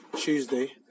Tuesday